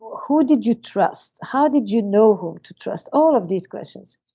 who did you trust? how did you know whom to trust? all of these questions,